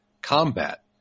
combat